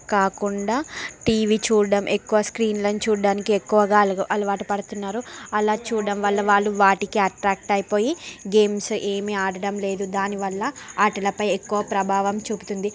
కాకుండా టీవీ చూడడం ఎక్కువ స్క్రీన్లను చూడడానికి ఎక్కువగా అలగ అలవాటు పడుతున్నారు అలా చూడడం వల్ల వాళ్ళు వాటికి అట్రాక్ట్ అయిపోయి గేమ్స్ ఏమీ ఆడడం లేదు దానివల్ల ఆటలపై ఎక్కువ ప్రభావం చూపుతుంది